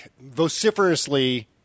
vociferously